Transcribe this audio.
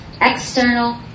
external